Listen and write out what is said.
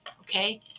Okay